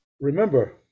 Remember